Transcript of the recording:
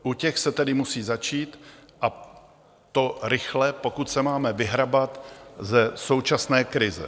U těch se tedy musí začít, a to rychle, pokud se máme vyhrabat ze současné krize.